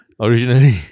Originally